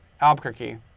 Albuquerque